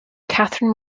catherine